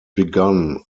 begun